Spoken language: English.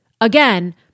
Again